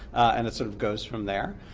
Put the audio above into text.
and it sort of goes from there.